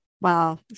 Wow